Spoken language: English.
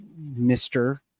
mr